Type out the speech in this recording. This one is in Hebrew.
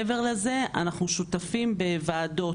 מעבר לזה אנחנו שותפים בוועדות.